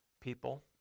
people